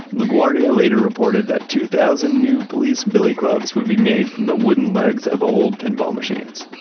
laguardia later reported that two thousand new police billy clubs would be made from the wooden legs of old pinball machines.